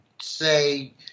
say